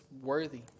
worthy